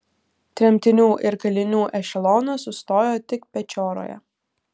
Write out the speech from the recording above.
tremtinių ir kalinių ešelonas sustojo tik pečioroje